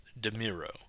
DeMiro